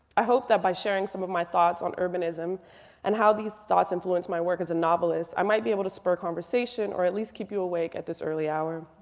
i hope that by sharing some of my thoughts on urbanism and how these thoughts influence my work as a novelist, i might be able to spur a conversation or at least keep you awake at this early hour.